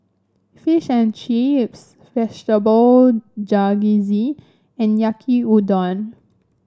Fish and Chips Vegetable Jalfrezi and Yaki Udon